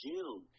June